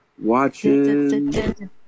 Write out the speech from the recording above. Watching